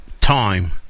time